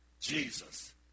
Jesus